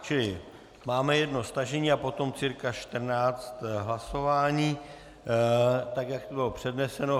Čili máme jedno stažení a potom cirka 14 hlasování, tak jak bylo předneseno.